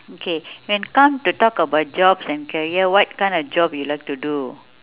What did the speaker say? okay then come to talk about jobs and career what kind of job you like to do